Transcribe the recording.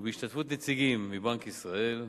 ובהשתתפות נציגים מבנק ישראל,